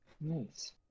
Nice